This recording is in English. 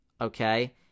Okay